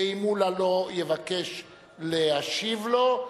ואם מולה לא יבקש להשיב לו,